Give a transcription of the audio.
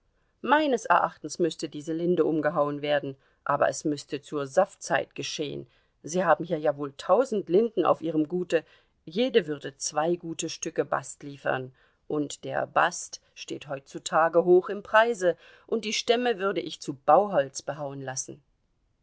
meines erachtens müßte diese linde umgehauen werden aber es müßte zur saftzeit geschehen sie haben hier ja wohl tausend linden auf ihrem gute jede würde zwei gute stücke bast liefern und der bast steht heutzutage hoch im preise und die stämme würde ich zu bauholz behauen lassen